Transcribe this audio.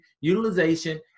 utilization